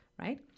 Right